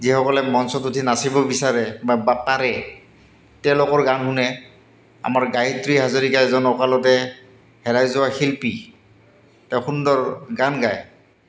যিসকলে মঞ্চত উঠি নাচিব বিচাৰে বা বা পাৰে তেওঁলোকৰ গান শুনে আমাৰ গায়িত্ৰী হাজৰিকা এজন অকালতে হেৰাই যোৱা শিল্পী তেওঁ সুন্দৰ গান গায়